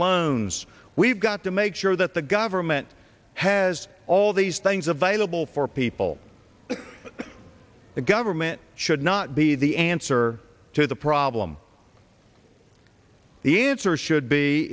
loans we've got to make sure that the government has all these things available for people that the government should not be the answer to the problem the answer should be